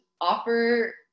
offer